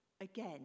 Again